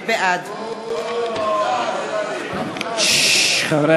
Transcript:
בעד חברי